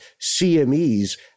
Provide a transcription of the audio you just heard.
CMEs